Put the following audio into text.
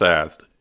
asked